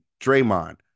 Draymond